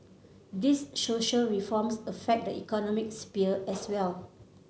these social reforms affect the economic sphere as well